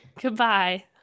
Goodbye